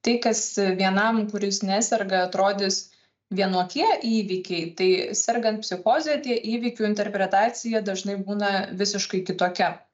tai kas vienam kuris neserga atrodys vienokie įvykiai tai sergant psichoze tie įvykių interpretacija dažnai būna visiškai kitokia